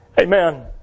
Amen